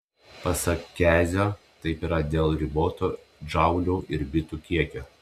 pasak kezio taip yra dėl riboto džaulių ar bitų kiekio